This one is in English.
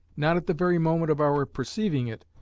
not at the very moment of our perceiving it,